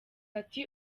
ati